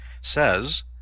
says